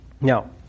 Now